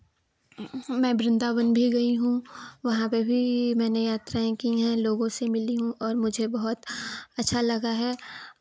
मैं बृन्दावन भी गई हूँ वहाँ पे भी मैंने यात्राएँ की हैं लोगों से मिली हूँ और मुझे बहुत अच्छा लगा है